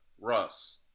Russ